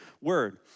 word